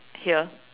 here